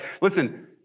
listen